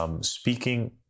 Speaking